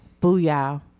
booyah